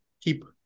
keep